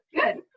good